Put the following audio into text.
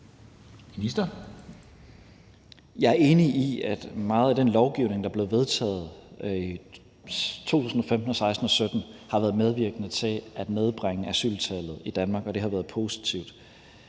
Jeg er enig i, at meget af den lovgivning, der blev vedtaget i 2015, 2016 og 2017, har været medvirkende til at nedbringe asyltallet i Danmark – og det har været positivt